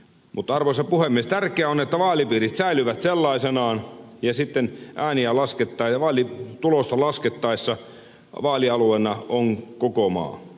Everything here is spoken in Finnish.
mutta arvoisa puhemies tärkeää on että vaalipiirit säilyvät sellaisenaan ja vaalitulosta laskettaessa vaalialueena on koko maa